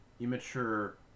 immature